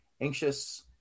anxious